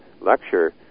lecture